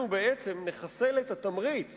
אנחנו בעצם נחסל את התמריץ